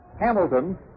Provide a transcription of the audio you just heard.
Hamilton